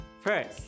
First